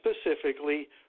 specifically